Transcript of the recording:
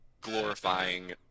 glorifying